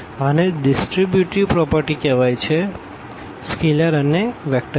આને distributive property કેહવાય આ સ્કેલર અને વેક્ટર ની